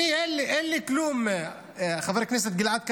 אין לי כלום, חבר הכנסת גלעד קריב.